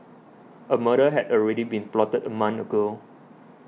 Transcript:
a murder had already been plotted a month ago